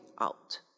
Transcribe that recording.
out